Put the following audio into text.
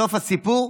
סוף הסיפור.